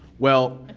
well,